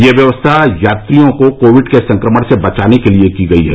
यह व्यवस्था यात्रियों को कोविड के संक्रमण से बचाने के लिए की गई है